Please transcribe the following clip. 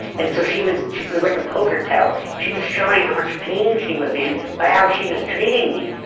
and so she was was like a poker tell, she was showing how much pain she was in by how she was treating me.